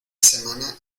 semana